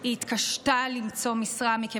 היא התקשתה למצוא משרה שמתאימה להשכלה ולמקצוע,